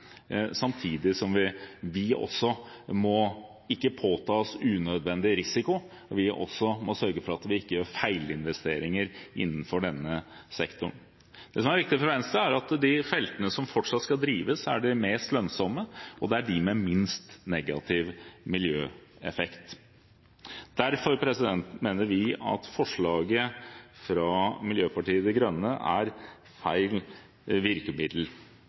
som petroleumsnæringen, uten å måtte påta oss unødvendig risiko? Vi må også sørge for at vi ikke gjør feilinvesteringer innenfor denne sektoren. Det som er viktig for Venstre, er at de feltene som fortsatt skal drives, er de mest lønnsomme, og at det er de med minst negativ miljøeffekt. Derfor mener vi at forslaget fra Miljøpartiet De Grønne er feil virkemiddel.